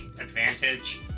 advantage